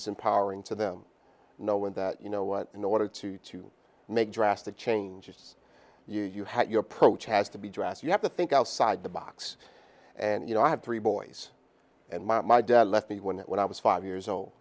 it's empowering to them knowing that you know what in order to to make drastic changes you you have your approach has to be dress you have to think outside the box and you know i have three boys and my dad left me when i was five years old